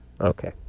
Okay